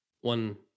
One